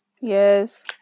Yes